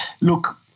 Look